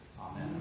Amen